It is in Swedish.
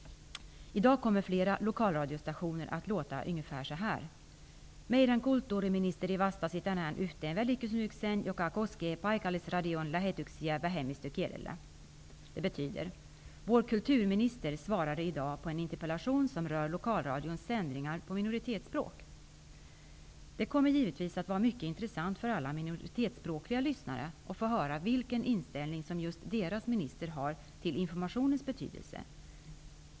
I dag kommer det från flera lokalradiostationer att låta ungefär så här: Meidän kulttuurministeri vastasi tänään yhteen välikysymykseen, joka koskee paikallisradion lähetyksiä vähemmistökielillä. Det betyder: Vår kulturminister svarade i dag på en interpellation som rör Lokalradions sändningar på minoritetsspråk. Det kommer givetvis att vara mycket intressant för alla lyssnare med minoritetsspråk att få höra vilken inställning som just deras minister har till informationens betydelse.